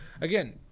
again